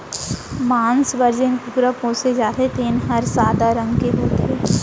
मांस बर जेन कुकरा पोसे जाथे तेन हर सादा रंग के होथे